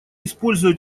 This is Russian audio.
используя